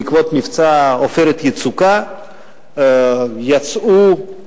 בעקבות מבצע "עופרת יצוקה" יצאו,